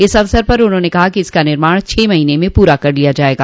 इस अवसर पर उन्होंने कहा कि इसका निर्माण छह महीने पूरा कर लिया जायेगा